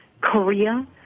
Korea